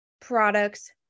products